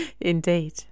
Indeed